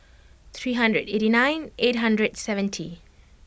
three hundred and eighty nine eight hundred seventy